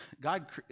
God